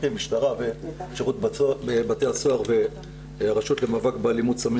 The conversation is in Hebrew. קרי משטרה ושירות בתי הסוהר והרשות למאבק באלימות סמים